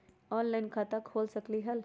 Online खाता खोल सकलीह?